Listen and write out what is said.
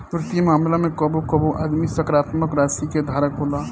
वित्तीय मामला में कबो कबो आदमी सकारात्मक राशि के धारक होला